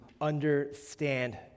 understand